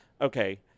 Okay